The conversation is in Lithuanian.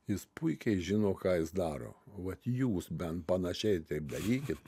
jis puikiai žino ką jis daro vat jūs bent panašiai taip darykit